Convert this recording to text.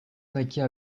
naquit